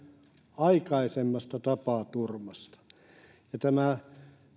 aikaisemmasta tapaturmasta tämä